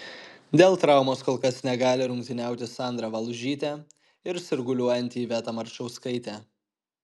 dėl traumos kol kas negali rungtyniauti sandra valužytė ir sirguliuojanti iveta marčauskaitė